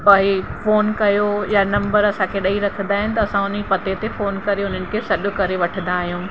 पोए phone कयो या नंबर असांखे ॾेई रखंदा आहिनि त असां उन पते ते फोन करे उन्हनि खे सॾु करे वठंदा आहियूं